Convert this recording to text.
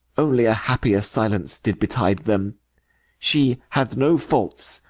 only a happier silence did betide them she hath no faults,